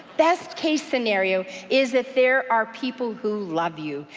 best case scenario is that there are people who love you,